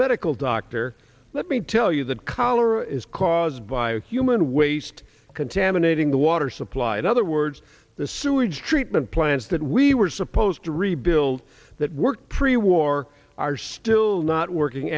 medical doctor let me tell you that cholera is caused by human waste contaminating the water supply in other words the sewage treatment plants that we were supposed to rebuild that were pre war are still not working